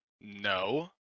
No